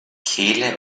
kehle